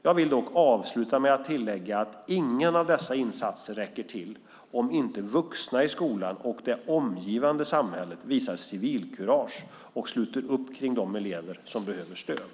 Jag vill dock avsluta med att tillägga att ingen av dessa insatser räcker till om inte vuxna i skolan och det omgivande samhället visar civilkurage och sluter upp kring de elever som behöver stöd.